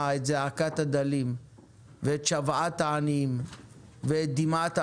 את זעקת הדלים ואת שוועת העניים ואת דמעת העשוקים.